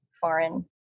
foreign